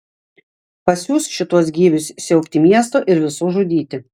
pasiųs šituos gyvius siaubti miesto ir visų žudyti